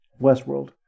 Westworld